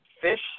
fish